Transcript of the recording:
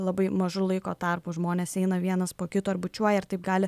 labai mažu laiko tarpu žmonės eina vienas po kito ir bučiuoja ir taip gali